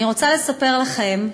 אני רוצה לספר לכם,